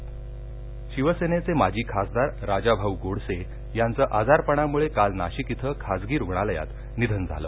निधनः शिवसेनेचे माजी खासदार राजाभाऊ गोडसे यांचं आजारपणामुळे काल नाशिक इथं खासगी रुग्णालयात निधन झालं